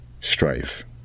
strife